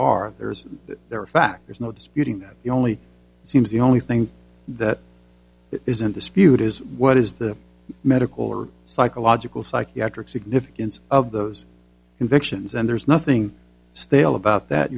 are there are factors no disputing that the only seems the only thing that isn't dispute is what is the medical or psychological psychiatric significance of those convictions and there's nothing stale about that